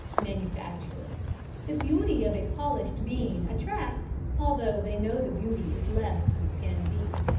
manufacturer the beauty of a polished bean attracts, although they know the beauty is less than skin deep.